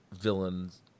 villains